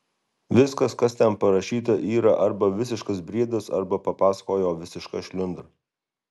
viskas kas ten parašyta yra arba visiškas briedas arba papasakojo visiška šliundra